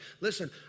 Listen